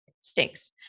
stinks